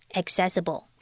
accessible